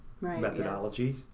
methodology